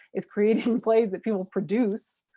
is creating plays that people produce,